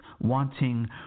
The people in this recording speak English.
wanting